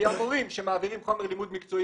כי המורים שמעבירים חומר לימוד מקצועי